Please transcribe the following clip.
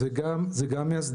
זה גם מאסדות.